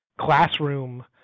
classroom